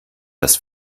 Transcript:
das